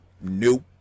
nope